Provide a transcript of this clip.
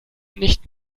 nicht